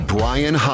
Brian